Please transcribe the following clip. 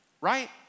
right